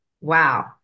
wow